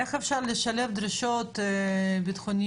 איך אפשר לשלב דרישות ביטחוניות?